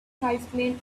tribesmen